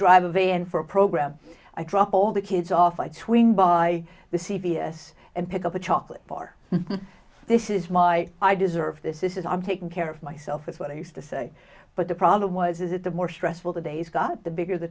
drive a van for a program i drop all the kids off i swing by the c v s and pick up a chocolate bar this is my i deserve this is i'm taking care of myself that's what i used to say but the problem was it the more stressful the days got the bigger the